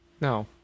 No